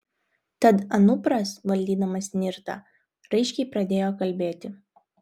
tad anupras valdydamas nirtą raiškiai pradėjo kalbėti